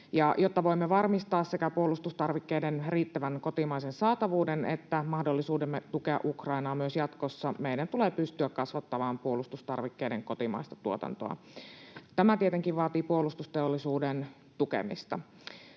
jotta voimme varmistaa sekä puolustustarvikkeiden riittävän kotimaisen saatavuuden että mahdollisuutemme tukea Ukrainaa myös jatkossa, meidän tulee pystyä kasvattamaan puolustustarvikkeiden kotimaista tuotantoa. Tämä tietenkin vaatii puolustusteollisuuden tukemista.